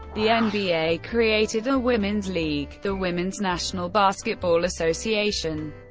the and nba created a women's league, the women's national basketball association.